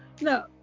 No